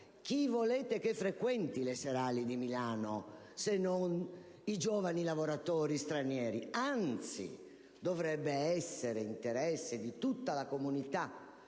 Chi volete che frequenti le classi serali di Milano se non i giovani lavoratori stranieri? Anzi, dovrebbe essere interesse di tutta la comunità